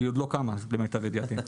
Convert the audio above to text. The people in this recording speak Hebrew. היא עוד לא קמה למיטב ידיעתי.